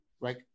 right